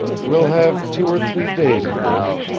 we'll have two or three days of this.